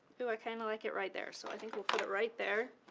oooh, i kind of like it right there, so i think we'll put it right there.